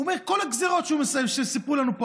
הוא אומר: כל הגזרות שסיפרו לנו פה